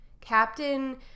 Captain